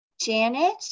Janet